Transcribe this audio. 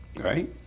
Right